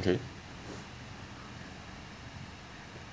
okay